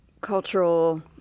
cultural